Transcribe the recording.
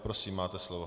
Prosím, máte slovo.